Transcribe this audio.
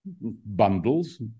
bundles